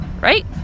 right